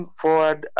forward